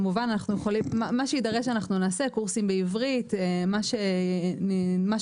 מה שיידרש אנחנו נעשה קורסים בעברית, מה שנוכל.